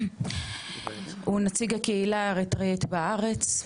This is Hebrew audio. הוא נציג הקהילה האריתריאית בארץ,